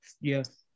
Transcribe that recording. Yes